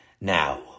Now